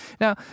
Now